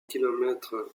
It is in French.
kilomètres